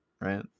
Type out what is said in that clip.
Right